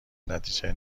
نتیجه